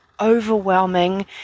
overwhelming